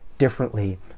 Differently